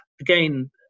Again